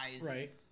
Right